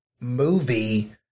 movie